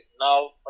now